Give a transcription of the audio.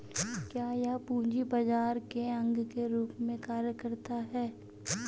क्या यह पूंजी बाजार के अंग के रूप में कार्य करता है?